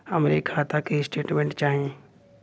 हमरे खाता के स्टेटमेंट चाही?